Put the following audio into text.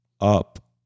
up